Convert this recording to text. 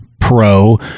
pro